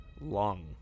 Long